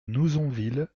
nouzonville